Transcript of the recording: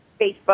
Facebook